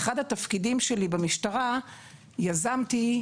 באחד התפקידים שלי במשטרה יזמתי,